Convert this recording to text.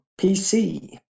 PC